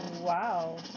Wow